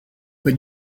but